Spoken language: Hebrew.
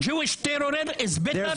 Jewish murderer is better and superior